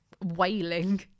wailing